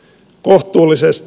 kohtuullisesti